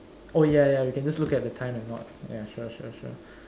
oh ya ya we can just look at the time and not ya sure sure sure